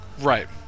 right